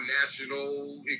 national